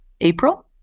April